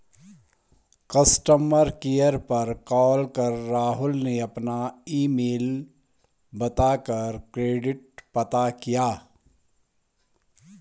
customer care पर call कर राहुल ने अपना ईमेल बता कर क्रेडिट पता किया